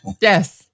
Yes